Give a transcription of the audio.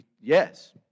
yes